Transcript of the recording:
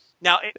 Now